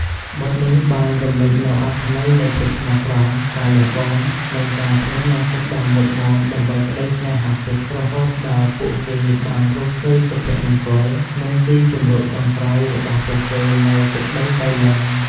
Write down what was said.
បទនេះបានរំលេចនូវអត្ថន័យនៃភាពស្មោះត្រង់ ការលះបង់ និងការប្តេជ្ញាចិត្តដ៏មុតមាំដើម្បីក្តីស្នេហាពិត រហូតដល់ពួកគេបានរកឃើញសុភមង្គល និងទីជម្រកចុងក្រោយរបស់ពួកគេនៅទឹកដីប៉ៃលិន។